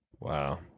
Wow